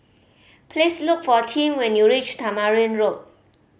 please look for Tim when you reach Tamarind Road